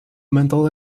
mental